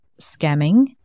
scamming